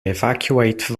evacuate